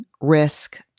risk